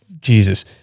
Jesus